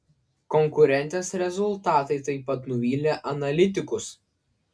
konkurentės rezultatai taip pat nuvylė analitikus